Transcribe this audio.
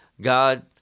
god